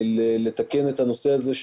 לתקן את הנושא הזה.